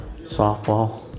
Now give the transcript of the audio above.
softball